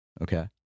okay